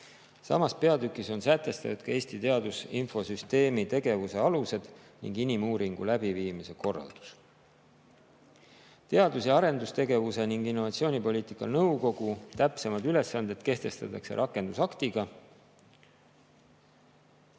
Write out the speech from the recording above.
Samas peatükis on sätestatud ka Eesti Teadusinfosüsteemi tegevuse alused ning inimuuringute läbiviimise korraldus. Teadus- ja Arendustegevuse ning Innovatsiooni Poliitika Nõukogu täpsemad ülesanded kehtestatakse rakendusaktiga.